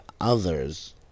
other's